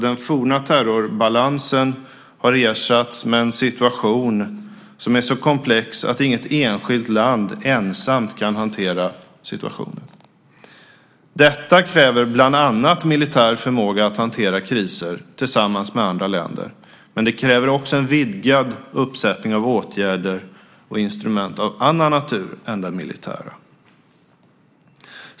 Den forna terrorbalansen har ersatts med en situation som är så komplex att inget enskilt land ensamt kan hantera situationen. Detta kräver bland annat militär förmåga att hantera kriser tillsammans med andra länder. Men det kräver också en vidgad uppsättning av åtgärder och instrument av annan natur än den militära.